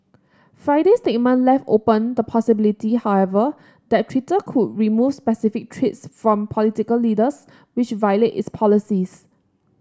Friday's statement left open the possibility however that Twitter could remove specific tweets from political leaders which violate its policies